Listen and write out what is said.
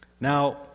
Now